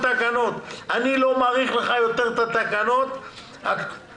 אני לא מאריך לך יותר את התקנות הכתובות